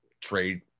trade